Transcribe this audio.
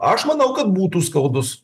aš manau kad būtų skaudus